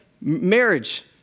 marriage